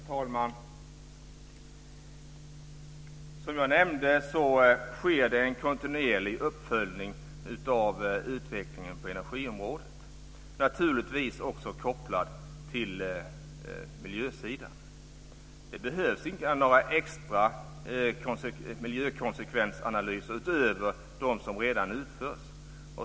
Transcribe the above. Herr talman! Som jag nämnde sker det en kontinuerlig uppföljning av utvecklingen på energiomårdet. Naturligtvis är den också kopplad till miljösidan. Det behövs inga extra miljökonsekvensanalyser utöver dem som redan utförs.